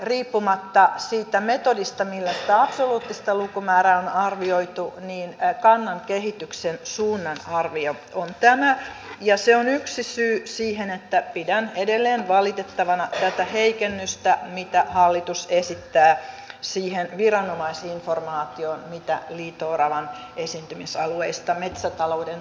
riippumatta siitä metodista millä sitä absoluuttista lukumäärää on arvioitu kannan kehityksen suunnan arvio on tämä ja se on yksi syy siihen että pidän edelleen valitettavana tätä heikennystä mitä hallitus esittää siihen viranomaisinformaatioon mitä liito oravan esiintymisalueista metsätalouden toimijoille annetaan